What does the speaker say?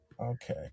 okay